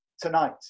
tonight